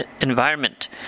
environment